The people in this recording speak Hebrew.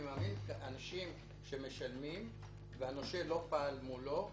שאנשים שמשלמים והנושה לא פעל מולם,